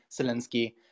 Zelensky